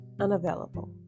Unavailable